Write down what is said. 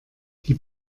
die